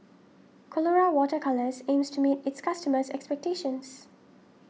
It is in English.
Colora Water Colours aims to meet its customers' expectations